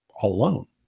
alone